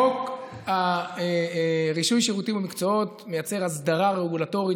חוק רישוי שירותים ומקצועות מייצר הסדרה רגולטורית